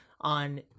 on